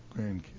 grandkids